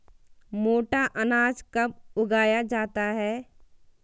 मोटा अनाज कब उगाया जाता है?